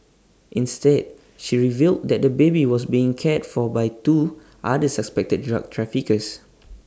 instead she revealed that the baby was being cared for by two other suspected drug traffickers